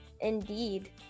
indeed